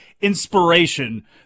Inspiration